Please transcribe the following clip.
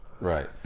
Right